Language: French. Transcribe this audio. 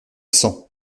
sent